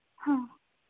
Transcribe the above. ಹಾಂ